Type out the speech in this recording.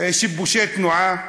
שיבושי תנועה,